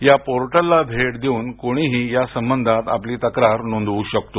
या पोर्टलला भेट देऊन कोणीही या संबंधातील तक्रार नोंदवू शकतो